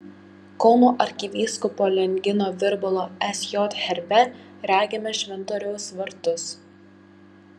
kauno arkivyskupo liongino virbalo sj herbe regime šventoriaus vartus